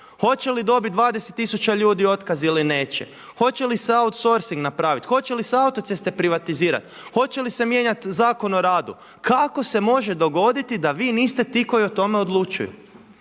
Hoće li dobiti 20 tisuća ljudi otkaz ili neće? Hoće li se outsourcing napraviti? Hoće li se autoceste privatizirati? Hoće li se mijenjati Zakon o radu? Kako se može dogoditi da vi niste ti koji o tome odlučuju?